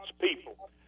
people